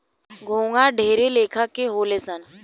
घोंघा ढेरे लेखा के होले सन